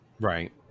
Right